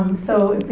um so